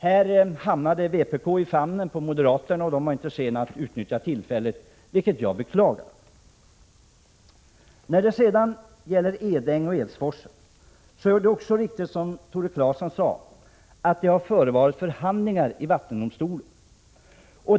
Här hamnade vpk i famnen på moderaterna, och de var inte sena att utnyttja tillfället, vilket jag beklagar. När det gäller Edänge och Edängeforsen är det riktigt som Tore Claeson sade att det har förevarit förhandlingar i vattendomstolen.